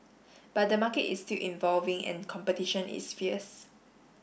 but the market is still and competition is fierce